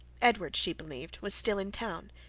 edward, she believed, was still in town,